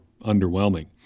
underwhelming